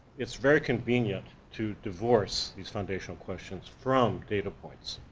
its very convenient to divorce these foundational questions from data points,